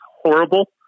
horrible